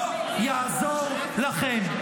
לא יעזור לכם.